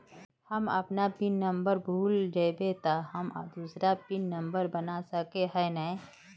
हम अपन pin number भूल जयबे ते हम दूसरा पिन नंबर बना सके है नय?